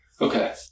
Okay